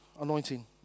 Anointing